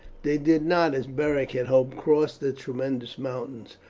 they did not, as beric had hoped, cross the tremendous mountains,